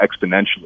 exponentially